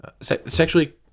sexually